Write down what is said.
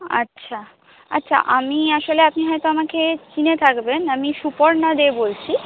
আচ্ছা আচ্ছা আমি আসলে আপনি হয়তো আমাকে চিনে থাকবেন আমি সুপর্ণা দে বলছি